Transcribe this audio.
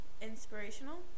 inspirational